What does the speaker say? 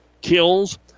kills